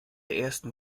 ersten